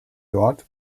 dort